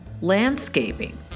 landscaping